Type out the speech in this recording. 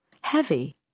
Heavy